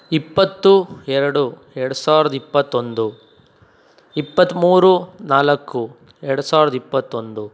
ಇಪ್ಪತ್ತು ಎರಡು ಎರಡು ಸಾವಿರದ ಇಪ್ಪತ್ತೊಂದು ಇಪ್ಪತ್ತ್ಮೂರು ನಾಲ್ಕು ಎರಡು ಸಾವಿರದ ಇಪ್ಪತ್ತೊಂದು